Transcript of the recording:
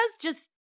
just-